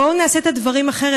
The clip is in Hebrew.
בואו נעשה את הדברים אחרת.